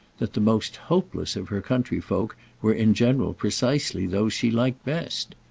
that the most hopeless of her countryfolk were in general precisely those she liked best.